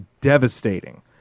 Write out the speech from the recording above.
devastating